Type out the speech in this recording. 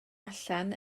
allan